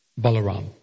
Balaram